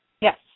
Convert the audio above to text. Yes